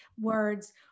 words